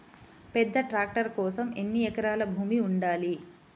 పెద్ద ట్రాక్టర్ కోసం ఎన్ని ఎకరాల భూమి ఉండాలి?